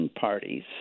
parties